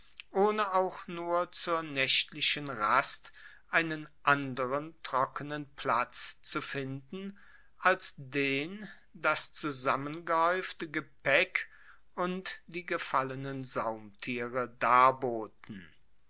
ohne auch nur zur naechtlichen rast einen anderen trockenen platz zu finden als den das zusammengehaeufte gepaeck und die gefallenen saumtiere darboten